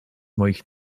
moich